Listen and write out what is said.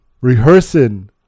rehearsing